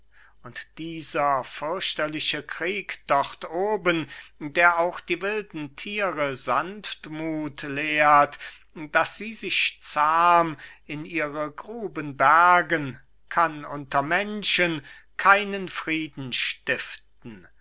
und dieser fürchterliche krieg dort oben der auch die wilden tiere sanftmut lehrt daß sie sich zahm in ihre gruben bergen kann unter menschen keinen frieden stiften